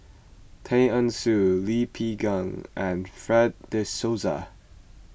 Tay Eng Soon Lee Peh and Fred De Souza